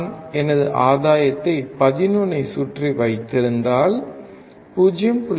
நான் எனது ஆதாயத்தை 11 ஐ சுற்றி வைத்திருந்தால் 0